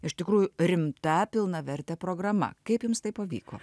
iš tikrųjų rimta pilnavertę programa kaip jums tai pavyko